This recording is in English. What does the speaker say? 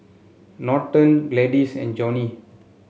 Norton Gladis and Johnnie